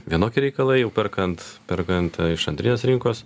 vienokie reikalai jau perkant perkant iš antrinės rinkos